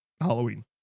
Halloween